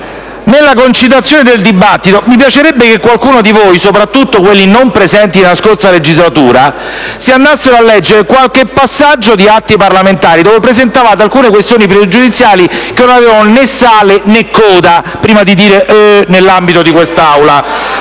della maggioranza).* Mi piacerebbe che qualcuno di voi, soprattutto quelli non presenti nella scorsa legislatura, si andasse a leggere qualche passaggio di atti parlamentari, quando presentavate alcune questioni pregiudiziali che non avevano né capo né coda, prima di fare commenti nell'ambito di quest'Aula.